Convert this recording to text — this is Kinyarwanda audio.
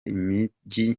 imijyi